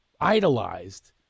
idolized